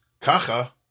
Kacha